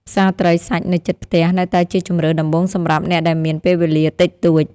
ផ្សារត្រីសាច់នៅជិតផ្ទះនៅតែជាជម្រើសដំបូងសម្រាប់អ្នកដែលមានពេលវេលាតិចតួច។